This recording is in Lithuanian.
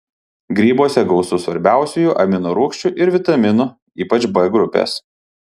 grybuose gausu svarbiausiųjų amino rūgščių ir vitaminų ypač b grupės